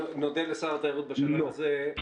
בשלב הזה.